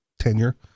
tenure